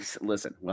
Listen